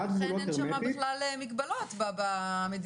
הייתי מאוד פעיל בכל שנת 2020 בוועדת הקורונה ובוועדת הכלכלה עם משרד